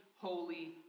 holy